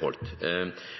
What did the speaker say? holdt.